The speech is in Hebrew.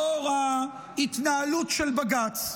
לאור ההתנהלות של בג"ץ.